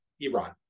Iran